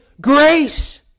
grace